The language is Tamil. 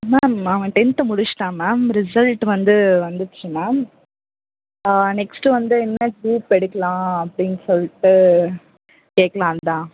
மேம் அவன் டென்த்து முடிச்சுட்டான் மேம் ரிசல்ட்டு வந்து வந்துடுச்சு மேம் நெக்ஸ்ட்டு வந்து என்ன குரூப் எடுக்கலாம் அப்படின்னு சொல்லிட்டு கேக்கலாம்ன்னு தான்